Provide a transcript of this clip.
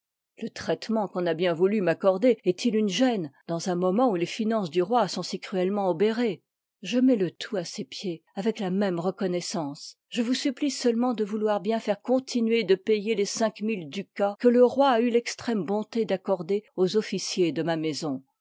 le traitement qu'on a bien voulu m'accorder est-il une gène dans un moment où les finances du roi sont si cruellement obérées je mets le tout à ses pieds avec la même reconnoissance je vous supplie seulement de vouloir bien faire continuer de payer les cinq mille du cas que le roi a eu l'extrême bonté d'accorder aux officiers de ma maison